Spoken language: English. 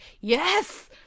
yes